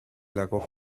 lago